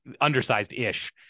undersized-ish